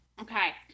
Okay